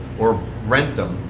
or rent them,